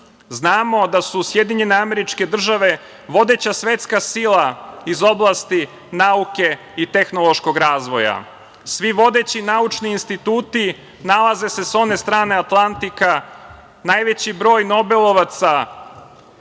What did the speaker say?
Znamo da su SAD vodeća svetska sila iz oblasti nauke i tehnološkog razvoja. Svi vodeći naučni instituti nalaze se sa one strane Atlantika. Najveći broj nobelovaca